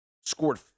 Scored